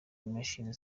imashini